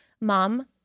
Mom